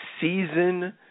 season